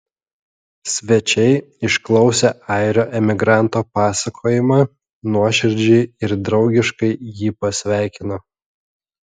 svečiai išklausę airio emigranto pasakojimą nuoširdžiai ir draugiškai jį pasveikino